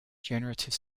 generative